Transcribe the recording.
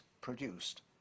produced